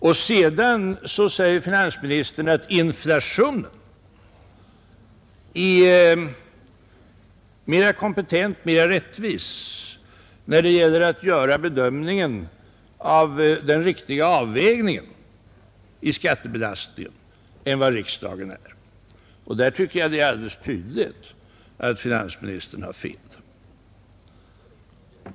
Vidare menar finansministern att inflationen är mera kompetent, mera rättvis när det gäller att göra den riktiga avvägningen av skattebelastningen än vad riksdagen är. Där är det alldeles tydligt att finansministern har fel.